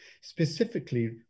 specifically